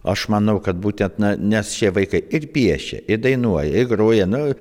aš manau kad būtent na nes šie vaikai ir piešia ir dainuoja ir groja nu